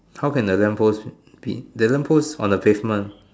how can the lamp post be the lamp post on the pavement